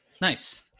Nice